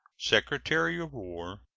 secretary of war,